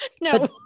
no